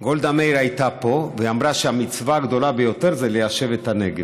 גולדה מאיר הייתה פה ואמרה שהמצווה הגדולה ביותר זה ליישב את הנגב.